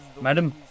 Madam